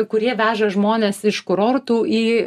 kurie veža žmones iš kurortų į